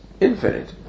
infinite